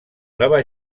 nova